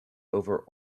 over